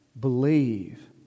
Believe